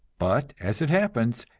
but, as it happens,